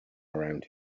around